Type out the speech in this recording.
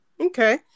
Okay